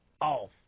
off